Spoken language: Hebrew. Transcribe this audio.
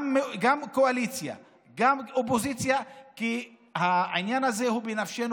גם קואליציה וגם אופוזיציה כי העניין הזה הוא בנפשנו,